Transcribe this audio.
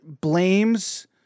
blames